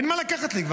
אין כבר מה לקחת לי.